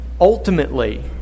Ultimately